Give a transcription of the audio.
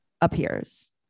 appears